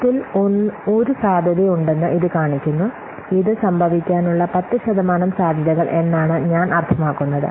10 ൽ 1 സാധ്യതയുണ്ടെന്ന് ഇത് കണക്കാക്കുന്നു ഇത് സംഭവിക്കാനുള്ള 10 ശതമാനം സാധ്യതകൾ എന്നാണ് ഞാൻ അർത്ഥമാക്കുന്നത്